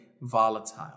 volatile